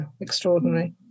extraordinary